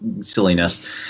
silliness